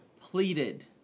pleaded